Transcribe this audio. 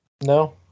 No